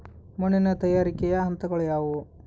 ಮಣ್ಣಿನ ತಯಾರಿಕೆಯ ಹಂತಗಳು ಯಾವುವು?